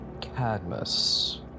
Cadmus